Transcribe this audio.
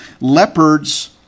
leopards